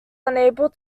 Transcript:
unable